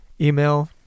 email